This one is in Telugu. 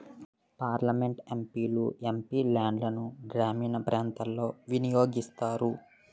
పార్లమెంట్ ఎం.పి లు ఎం.పి లాడ్సును గ్రామీణ ప్రాంతాలలో వినియోగిస్తారు